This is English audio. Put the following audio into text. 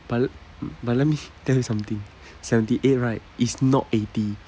but l~ but let me tell you something seventy eight right is not eighty